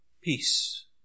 peace